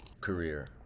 career